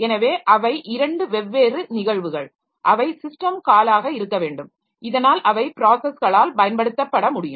எனவே அவை இரண்டு வெவ்வேறு நிகழ்வுகள் அவை சிஸ்டம் காலாக இருக்க வேண்டும் இதனால் அவை ப்ராஸஸ்களால் பயன்படுத்தப்பட முடியும்